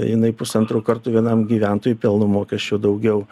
jinai pusantro karto vienam gyventojui pelno mokesčio daugiau